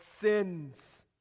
sins